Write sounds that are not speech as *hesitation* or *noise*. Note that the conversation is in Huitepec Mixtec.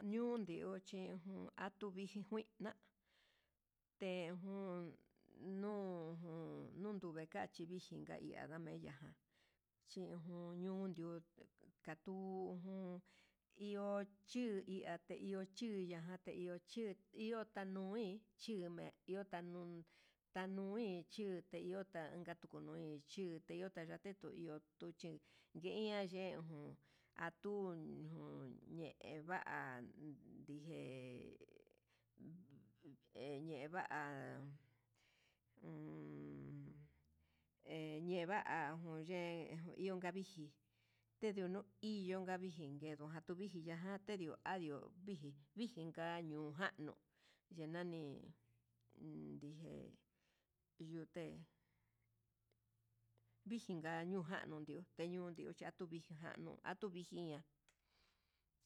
Ñiun ndio xhi tuvixkuina te jun nuu nutevaki viji, inka iha mejia ján xhi ujun nundiu kanduu ujun iho chiu iho chiuyateya chiu iho tanuu kuin chiume iho tanuu, tanui chi te iho tanka kunui chí iho teyuo tateto'o iho kuchín yeia ujun atun ñe'e va'a ndute ñeva'a un un *hesitation* ñeva'a oye iunka viji tedion iin okan vijin nguedo ngajan tavini ngajan tedio ado viji viji ngañunjan nuu yenani uun ndije yuté vijinga niunjanu iho teñuu achuvije ján nuu atujia.